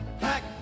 pack